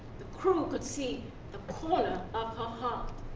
the crew could see the corner of her heart.